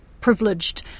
privileged